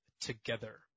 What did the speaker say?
together